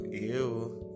ew